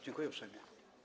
Dziękuję uprzejmie.